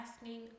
asking